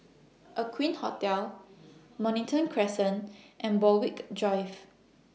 Aqueen Hotel Mornington Crescent and Borthwick Drive